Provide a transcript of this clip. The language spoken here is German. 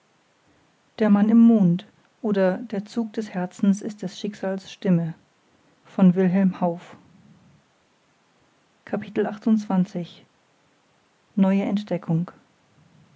der mann im mond oder der zug des herzens ist des schicksals stimme